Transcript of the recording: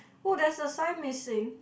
oh there's a sign missing